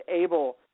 able